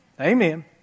Amen